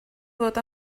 fod